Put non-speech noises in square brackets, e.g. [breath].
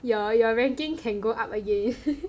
your your ranking can go up again [breath]